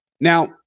now